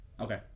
Okay